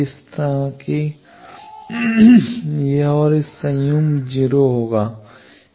इसी तरह यह और इस का संयुग्म 0 होगा